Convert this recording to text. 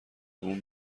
بومم